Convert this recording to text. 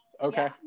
Okay